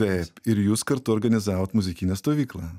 taip ir jūs kartu organizavot muzikinę stovyklą